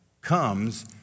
comes